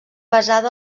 basada